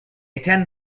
ten